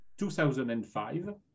2005